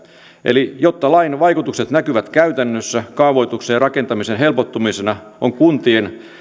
jotta lain vaikutukset näkyvät käytännössä kaavoituksen ja rakentamisen helpottumisena on kuntien